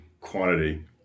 quantity